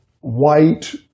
white